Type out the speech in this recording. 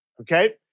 Okay